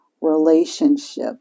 Relationship